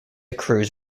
cruz